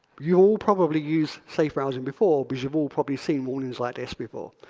you all probably used safe browsing before because you've all probably seen warnings like this before.